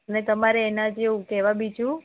અને તમારે એના જેવું કેવા બીજું